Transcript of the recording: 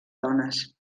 dones